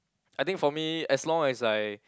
I think for me as long as I